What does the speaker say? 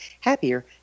happier